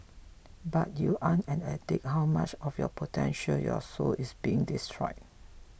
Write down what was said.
but you're an addict how much of your potential your soul is being destroyed